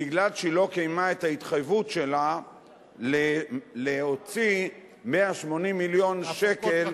בגלל העובדה שהיא לא קיימה את ההתחייבות שלה להוציא 180 מיליון שקל,